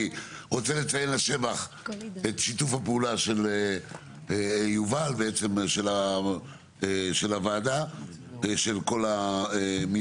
אני רוצה לציין לשבח את שיתוף הפעולה של יובל עם הוועדה ושל המינהלת.